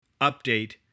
update